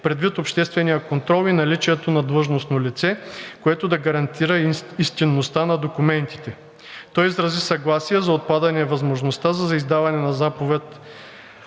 предвид обществения контрол и наличието на длъжностно лице, което да гарантира истинността на документите. Той изрази съгласие за отпадане на възможността за издаване на заповед